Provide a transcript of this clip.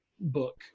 book